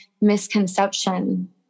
misconception